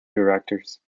directors